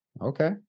Okay